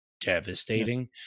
devastating